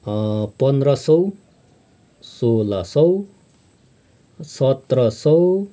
पन्ध्र सौ सोह्र सय सत्र सय